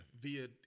via